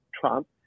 Trump